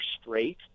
straight